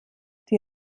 die